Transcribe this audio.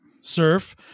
surf